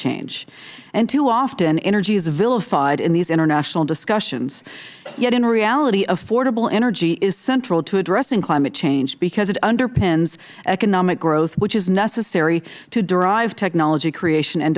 change too often energy is vilified in these international discussions yet in reality affordable energy is central to addressing climate change because it underpins economic growth which is necessary to drive technology creation and